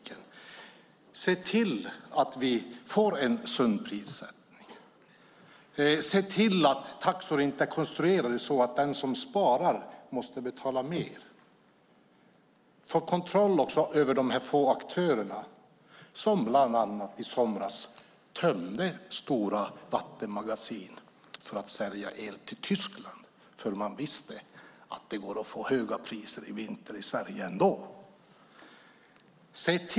Det handlar om att se till att vi får en sund prissättning och att se till att taxor inte är konstruerade så att den som sparar måste betala mer. Det handlar också om att få kontroll över de här få aktörerna, som bland annat i somras tömde stora vattenmagasin för att sälja el till Tyskland för att man visste att det ändå går att få höga priser i vinter i Sverige.